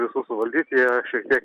visus suvaldyt jie šiek tiek